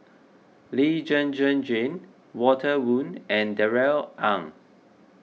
Lee Zhen Zhen Jane Walter Woon and Darrell Ang